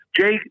Jake